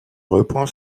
reprend